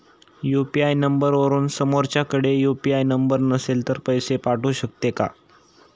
UPI नंबरवरून समोरच्याकडे UPI number नसेल तरी पैसे पाठवू शकते का?